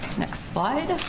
next slide.